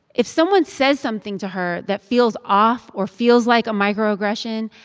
if someone says something to her that feels off or feels like a microaggression,